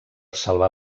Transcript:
salvar